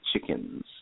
chickens